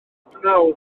prynhawn